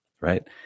Right